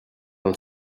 dans